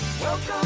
welcome